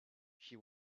she